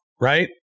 right